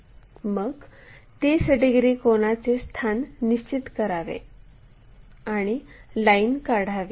मग 30 डिग्री कोनाचे स्थान निश्चित करावे आणि लाईन काढावी